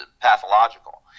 pathological